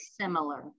similar